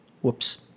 Whoops